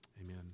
Amen